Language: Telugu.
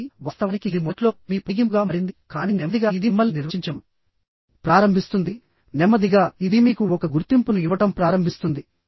కాబట్టి వాస్తవానికి ఇది మొదట్లో మీ పొడిగింపుగా మారిందికానీ నెమ్మదిగా ఇది మిమ్మల్ని నిర్వచించడం ప్రారంభిస్తుంది నెమ్మదిగా ఇది మీకు ఒక గుర్తింపును ఇవ్వడం ప్రారంభిస్తుంది